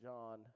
John